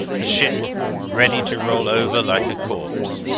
the ship ready to roll over like a corpse.